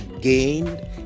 gained